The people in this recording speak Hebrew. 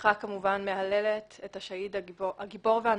המשפחה מהללת אה השאהיד, היא אומרת שהוא גיבור,